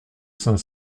saint